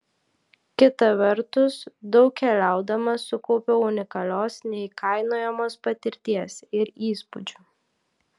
kita vertus daug keliaudama sukaupiau unikalios neįkainojamos patirties ir įspūdžių